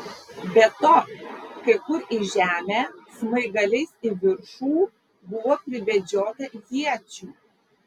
be to kai kur į žemę smaigaliais į viršų buvo pribedžiota iečių